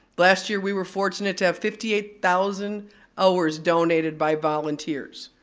last year we were fortunate to have fifty eight thousand hours donated by volunteers.